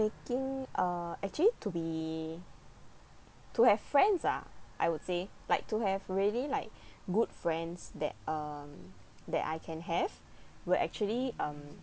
making uh actually to be to have friends ah I would say like to have really like good friends that um that I can have where actually um